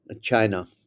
China